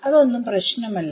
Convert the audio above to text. അതൊന്നും പ്രശ്നമല്ല